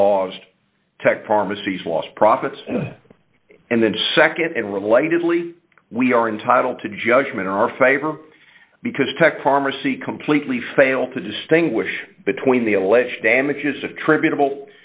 caused tech pharmacies lost profits and then nd and relatedly we are entitled to judgment in our favor because tech parmer see completely fail to distinguish between the alleged damages attributable